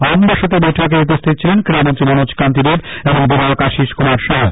আমবাসা বৈঠকে উপস্থিত ছিলেন ক্রীড়ামন্ত্রী মনোজ দেব এবং বিধায়ক আশীষ কুমার সাহা